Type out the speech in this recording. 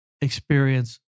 experience